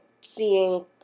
seeing